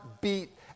beat